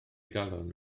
galon